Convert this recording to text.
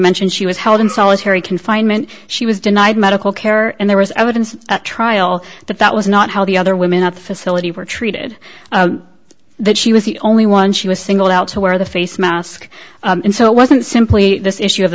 mentioned she was held in solitary confinement she was denied medical care and there was evidence at trial but that was not how the other women at the facility were treated that she was the only one she was singled out to wear the face mask and so it wasn't simply this issue of